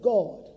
God